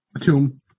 tomb